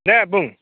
दे बुं